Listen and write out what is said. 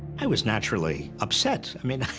i was naturally upset. i mean,